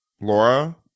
Laura